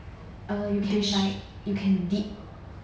uh you can like you can dip